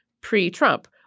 pre-Trump